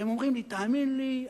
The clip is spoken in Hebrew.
אומרים לי: תאמין לי,